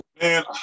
Man